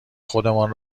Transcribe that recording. خودمان